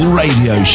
radio